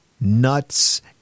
nuts